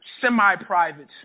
semi-private